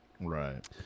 Right